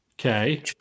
Okay